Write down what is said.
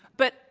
but,